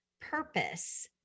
purpose